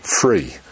free